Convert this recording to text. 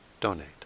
donate